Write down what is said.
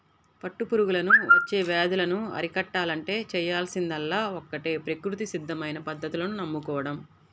పట్టు పురుగులకు వచ్చే వ్యాధులను అరికట్టాలంటే చేయాల్సిందల్లా ఒక్కటే ప్రకృతి సిద్ధమైన పద్ధతులను నమ్ముకోడం